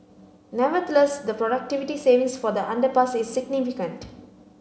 nevertheless the productivity savings for the underpass is significant